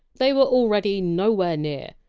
they were already nowhere near.